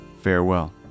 farewell